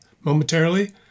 momentarily